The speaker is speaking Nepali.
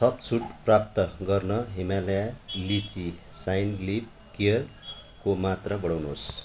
थप छुट प्राप्त गर्न हिमालय लिची साइन लिपकेयरको मात्रा बढाउनुहोस्